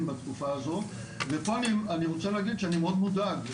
בתקופה הזו ופה אני רוצה להגיד שאני מאוד מודאג,